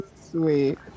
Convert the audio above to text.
Sweet